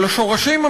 אבל השורשים,